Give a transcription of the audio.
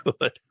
good